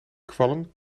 kwallen